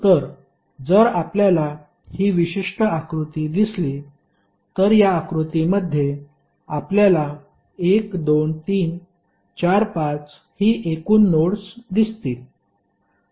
तर जर आपल्याला ही विशिष्ट आकृती दिसली तर या आकृतीमध्ये आपल्याला 1 2 3 4 5 ही एकूण नोड्स दिसतील